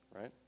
right